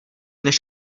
než